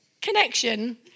connection